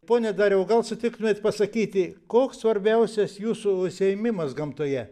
pone dariau gal sutiktumėt pasakyti koks svarbiausias jūsų užsiėmimas gamtoje